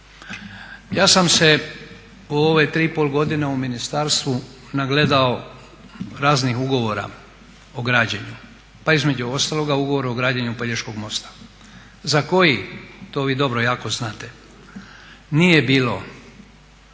Ja sam se u ove 3,5 godine u ministarstvu nagledao raznih ugovora o građenju, pa između ostalog i ugovora o građenju Pelješkog mosta, za koji to vi jako dobro znate, nije bilo